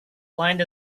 blind